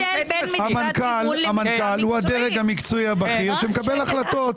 המנכ"ל הוא הדרג המקצועי הבכיר שמקבל החלטות.